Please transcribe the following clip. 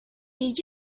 did